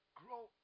grow